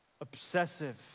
obsessive